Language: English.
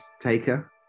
Taker